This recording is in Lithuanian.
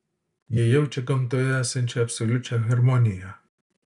jie jaučia gamtoje esančią absoliučią harmoniją